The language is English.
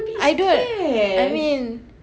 I don't I mean